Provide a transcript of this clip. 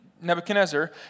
Nebuchadnezzar